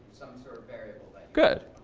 sort of variable that good.